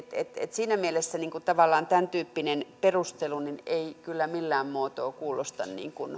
siinä mielessä tavallaan tämäntyyppinen perustelu ei kyllä millään muotoa kuulosta